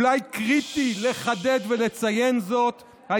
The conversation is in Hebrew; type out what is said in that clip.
אולי קריטי לחדד ולציין זאת, ששש.